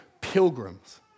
pilgrims